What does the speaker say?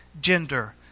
gender